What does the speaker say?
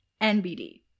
NBD